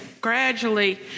gradually